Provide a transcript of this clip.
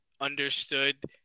understood –